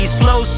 slow